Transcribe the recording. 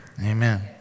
Amen